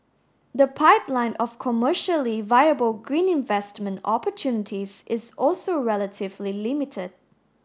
the pipeline of commercially viable green investment opportunities is also relatively limited